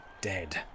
dead